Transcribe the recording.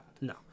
No